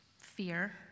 fear